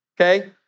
okay